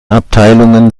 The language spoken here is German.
abteilungen